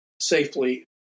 safely